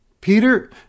Peter